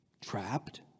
Trapped